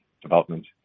development